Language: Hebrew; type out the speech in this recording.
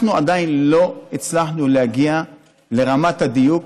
אנחנו עדיין לא הצלחנו להגיע לרמת הדיוק